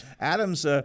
Adam's